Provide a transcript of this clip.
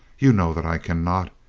you know that i can not!